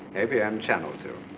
abn channel two.